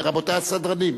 רבותי הסדרנים,